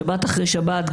שבת אחרי שבת,